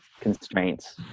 constraints